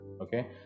okay